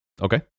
Okay